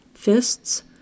fists